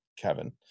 Kevin